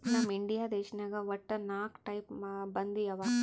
ನಮ್ ಇಂಡಿಯಾ ದೇಶನಾಗ್ ವಟ್ಟ ನಾಕ್ ಟೈಪ್ ಬಂದಿ ಅವಾ